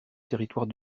territoire